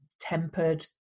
tempered